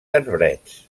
arbrets